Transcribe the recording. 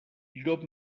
llop